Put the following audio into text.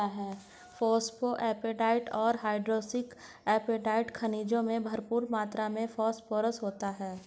phosphoapatite और hydroxyapatite खनिजों में भरपूर मात्र में फोस्फोरस होता है